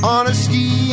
Honesty